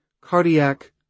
cardiac